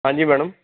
ਹਾਂਜੀ ਮੈਡਮ